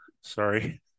Sorry